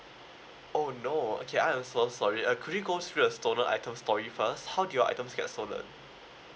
oh no okay I am so sorry uh could you go through the stolen the items story first how do your items get stolen